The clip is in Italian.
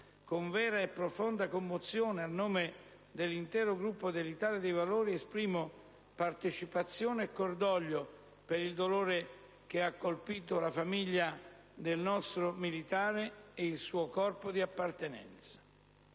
con vera e profonda commozione, a nome dell'intero Gruppo dell'Italia dei Valori esprimo partecipazione e cordoglio per il dolore che ha colpito la famiglia del nostro militare e il suo Corpo di appartenenza.